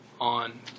on